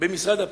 במשרד הפנים.